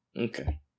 Okay